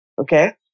okay